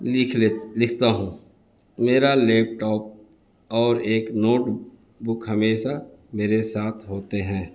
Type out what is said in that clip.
لکھ لے لکھتا ہوں میرا لیپ ٹاپ اور ایک نوٹ بک ہمیسہ میرے ساتھ ہوتے ہیں